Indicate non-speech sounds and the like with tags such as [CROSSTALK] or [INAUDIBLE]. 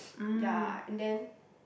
[NOISE] ya and then